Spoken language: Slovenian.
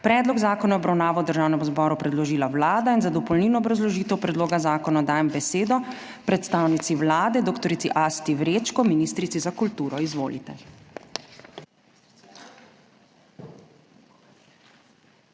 Predlog zakona je v obravnavo Državnemu zboru predložila Vlada. Za dopolnilno obrazložitev predloga zakona dajem besedo predstavnici Vlade dr. Asti Vrečko, ministrici za kulturo. Izvolite.